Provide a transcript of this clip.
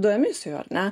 du emisijų ar ne